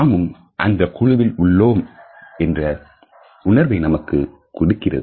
நாமும் அந்தக் குழுவில் உள்ளோம் என்ற உணர்வை நமக்கு கொடுக்கிறது